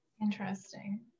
interesting